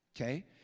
okay